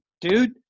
dude